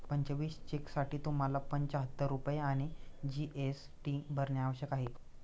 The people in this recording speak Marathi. पंचवीस चेकसाठी तुम्हाला पंचाहत्तर रुपये आणि जी.एस.टी भरणे आवश्यक आहे